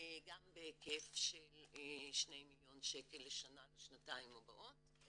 גם בהיקף של שני מיליון שקל לשנה, לשנתיים הבאות.